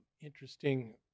interesting